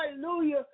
hallelujah